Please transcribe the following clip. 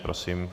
Prosím.